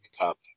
Cup